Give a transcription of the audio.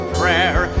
prayer